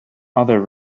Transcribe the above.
other